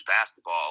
basketball